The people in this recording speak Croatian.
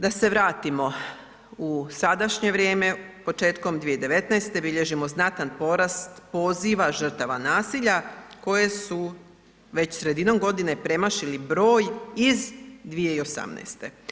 Da se vratimo u sadašnje vrijeme, početkom 2019. bilježimo znatan porast poziva žrtava nasilja koje su već sredinom godine premašili broj iz 2018.